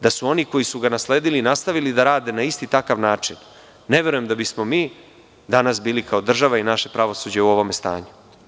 Da su oni koji su ga nasledili nastavili da rade na isti takav način, ne verujem da bismo mi danas bili kao država i naše pravosuđe u ovom stanju.